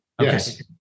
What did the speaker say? Yes